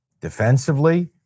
Defensively